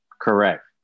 Correct